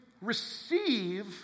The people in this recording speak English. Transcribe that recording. receive